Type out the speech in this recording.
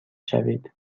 شوید